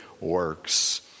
works